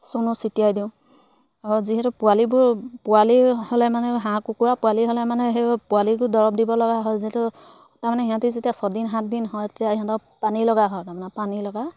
চূণো ছিটিয়াই দিওঁ আকৌ যিহেতু পোৱালিবোৰ পোৱালী হ'লে মানে হাঁহ কুকুৰাৰ পোৱালী হ'লে মানে সেই পোৱালীকো দৰৱ দিব লগা হয় যিহেতু তাৰমানে সিহঁতি যেতিয়া ছদিন সাতদিন হয় তেতিয়া সিহঁতক পানী লগা হয় তাৰমানে পানী লগা